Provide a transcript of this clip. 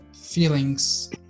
feelings